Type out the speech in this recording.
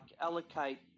allocate